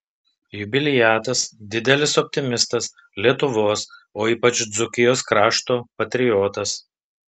jubiliatas didelis optimistas lietuvos o ypač dzūkijos krašto patriotas